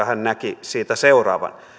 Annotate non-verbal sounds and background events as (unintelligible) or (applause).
(unintelligible) hän näki siitä seuraavan